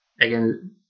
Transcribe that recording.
again